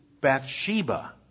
Bathsheba